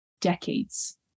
decades